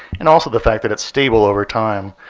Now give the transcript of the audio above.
and also the fact that it's stable over time.